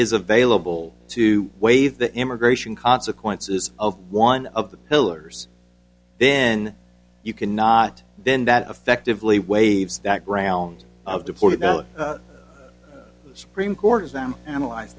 is available to waive the immigration consequences of one of the pillars then you cannot then that effectively waves that ground of deploying the supreme court has them analyze